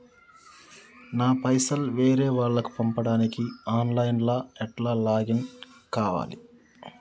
నా పైసల్ వేరే వాళ్లకి పంపడానికి ఆన్ లైన్ లా ఎట్ల లాగిన్ కావాలి?